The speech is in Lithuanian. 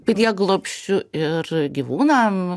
prieglobsčiu ir gyvūnam